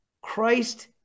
Christ